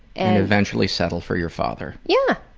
and eventually settle for your father. yeah,